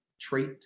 trait